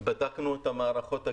בדקנו את המערכות הקיימות,